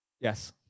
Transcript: Yes